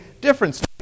difference